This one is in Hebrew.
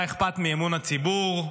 מה אכפת מאמון הציבור?